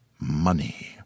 money